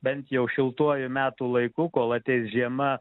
bent jau šiltuoju metų laiku kol ateis žiema